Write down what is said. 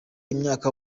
imyaka